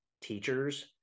teachers